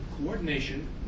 coordination